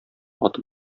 атып